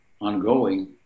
ongoing